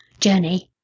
journey